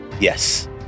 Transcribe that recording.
Yes